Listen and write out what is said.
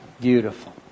Beautiful